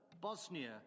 Bosnia